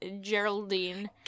Geraldine